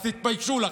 אז תתביישו לכם.